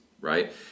right